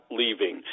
leaving